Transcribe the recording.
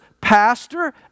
pastor